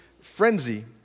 frenzy